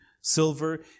silver